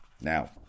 Now